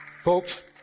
Folks